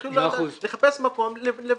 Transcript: שיתחילו לחפש מקום לבנות.